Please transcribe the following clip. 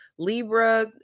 Libra